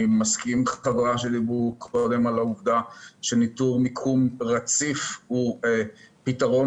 אני מסכים עם חבריי שדיברו קודם על העובדה שניטור מיקום רציף הוא פתרון